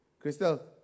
Crystal